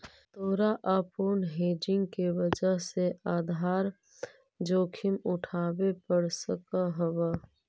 तोरा अपूर्ण हेजिंग के वजह से आधार जोखिम उठावे पड़ सकऽ हवऽ